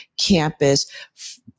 campus